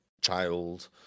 child